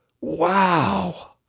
wow